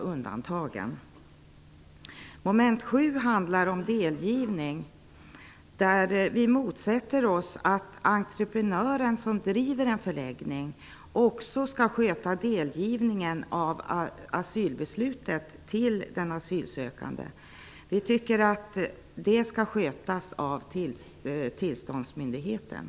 Mom. 7 gäller delgivning av beslut. Vi motsätter oss att entreprenör som driver en förläggning också skall sköta delgivningen av asylbeslutet till den asylsökande. Vi tycker att detta skall skötas av tillståndsmyndigheten.